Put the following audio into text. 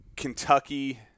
Kentucky